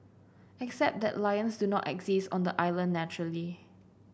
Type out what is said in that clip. except that lions do not exist on the island naturally